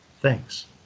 thanks